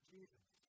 Jesus